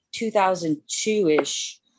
2002-ish